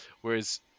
whereas